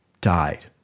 died